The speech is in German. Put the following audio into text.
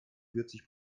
vierzig